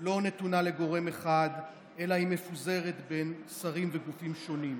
לא נתונה לגורם אחד אלא היא מפוזרת בין שרים וגופים שונים.